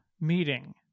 meeting